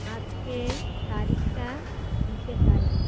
আজকের তারিখটা দিতে পারবে